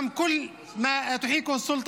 אנו נישאר על אדמתנו למרות כל מה שהשלטון